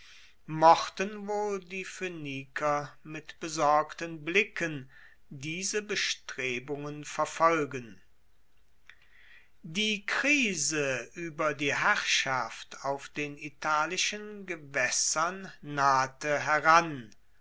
mochten wohl die phoeniker mit besorgten blicken diese bestrebungen verfolgen die krise ueber die herrschaft auf den italischen gewaessern nahte heran